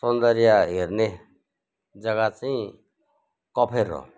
सौन्दर्य हेर्ने जग्गा चाहिँ कफेर हो